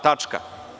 Tačka.